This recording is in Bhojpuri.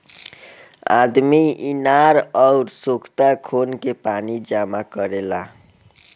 आदमी इनार अउर सोख्ता खोन के पानी जमा करेला